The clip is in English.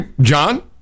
John